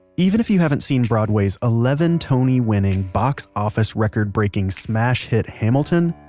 even if you haven't seen broadway's ah eleven-tony-winning, box-office-record-breaking smash hit, hamilton,